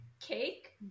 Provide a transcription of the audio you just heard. cake